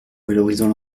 valorisant